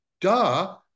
duh